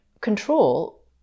control